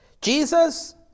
Jesus